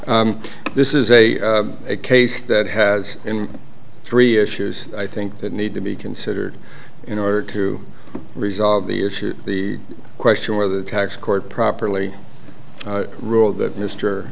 this is a case that has in three issues i think that need to be considered in order to resolve the issue the question whether the tax court properly ruled that mr